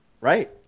right